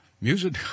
music